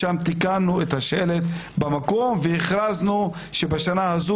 תיקנו את השלט במקום והכרזנו שבשנה הזו